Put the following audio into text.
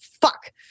fuck